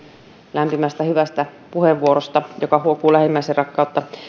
lämpimästä hyvästä puheenvuorosta joka huokui lähimmäisenrakkautta